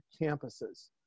campuses